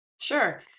Sure